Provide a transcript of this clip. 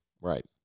Right